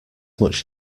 much